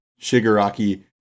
Shigaraki